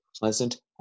pleasant